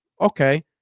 Okay